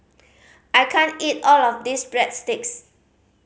I can't eat all of this Breadsticks